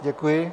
Děkuji.